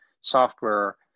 software